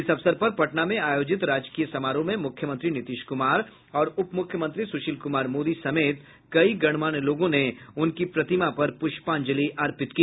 इस अवसर पर पटना में आयोजित राजकीय समारोह में मुख्यमंत्री नीतीश कुमार और उपमुख्यमंत्री सुशील कुमार मोदी समेत कई गणमान्य लोगों ने उनकी प्रतिमा पर पुष्पांजलि अर्पित की